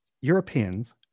Europeans